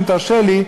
אם תרשה לי,